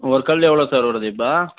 ஒரு கல் எவ்வளோ சார் வருது இப்போ